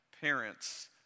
parents